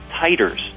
titers